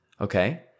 okay